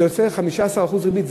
זה יוצא 15% ריבית.